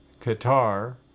Qatar